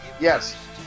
Yes